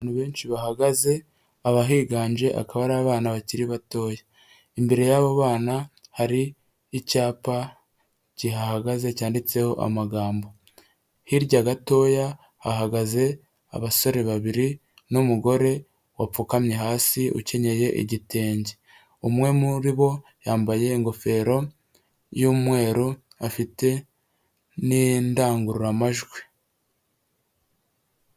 Abantu benshi bahagaze abahiganje akaba ari abana bakiri batoya imbere y'abo bana hari icyapa kihahagaze cyanditseho amagambo ,hirya gatoya hahagaze abasore babiri n'umugore wapfukamye hasi ukenyeye igitenge umwe muri bo yambaye ingofero y'umweru afite n’indangururamajwi.